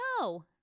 No